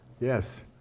yes